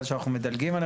אבל שאנחנו מדלגים עליהם,